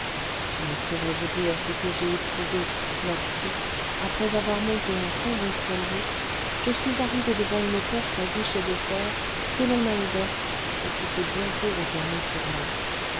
je ne saurais vous dire ce que j'ai éprouvé lorsque après avoir monté un sombre escalier je suis arrivé devant une porte à guichet de fer que l'on a ouverte et qui s'est bientôt refermée sur moi